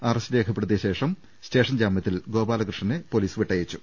arrest രേഖപ്പെടുത്തിശേഷം station ജാമൃത്തിൽ ഗോപാല കൃഷ്ണനെ പൊലീസ് വിട്ടയച്ചു